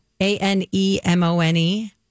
A-N-E-M-O-N-E